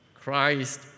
Christ